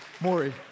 Maury